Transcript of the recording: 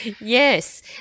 yes